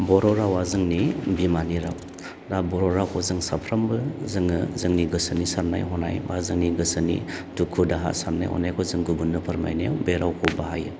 बर' रावा जोंनि बिमानि राव दा बर' रावखौ जों साफ्रोमबो जोङो जोंनि गोसोनि साननाय हनाय बा जोंनि गोसोनि दुखु दाहा साननाय हनायखौ जों गुबुननो फोरमायनायाव बे रावखौ बाहायो